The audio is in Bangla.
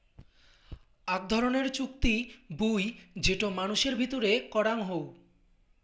আক ধরণের চুক্তি বুই যেটো মানুষের ভিতরে করাং হউ